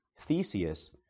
Theseus